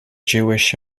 jewish